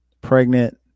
pregnant